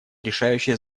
решающее